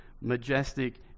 majestic